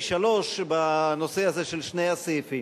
או שלוש שעות בנושא הזה של שני הסעיפים.